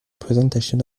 presentation